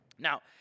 Now